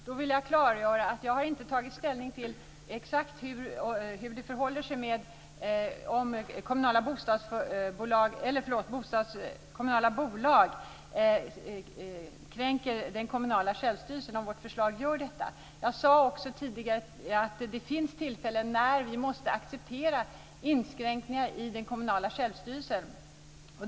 Fru talman! Jag vill klargöra att jag inte har tagit ställning till exakt hur det förhåller sig, dvs. om vårt förslag kränker den kommunala självstyrelsen. Det finns tillfällen när vi måste acceptera inskränkningar i den kommunala självstyrelsen.